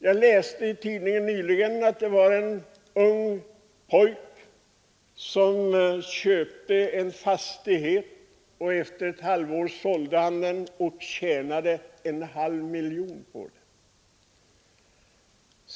Jag läste nyligen i tidningen om en ung pojke som köpte en fastighet och efter ett halvår sålde den och tjänade en halv miljon.